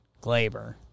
Glaber